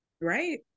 right